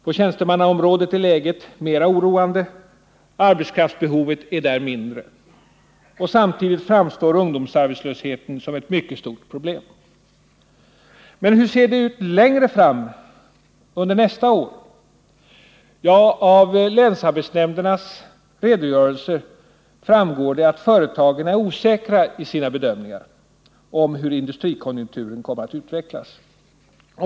På tjänstemannaområdet är läget mera oroande. Arbetskraftsbehovet är där mindre. Och samtidigt framstår ungdomsarbetslösheten som ett mycket stort problem. Men hur ser det ut längre fram, under nästa år? Ja, av länsarbetsnämndernas redogörelser framgår det att företagen är osäkra i sina bedömningar om hur industrikonjunkturen kommer att utvecklas.